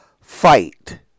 fight